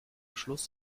schluss